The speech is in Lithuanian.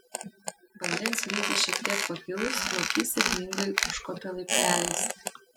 vandens lygiui šiek tiek pakilus lokys sėkmingai užkopė laipteliais